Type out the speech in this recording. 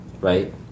Right